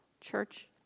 Church